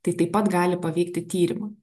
tai taip pat gali paveikti tyrimą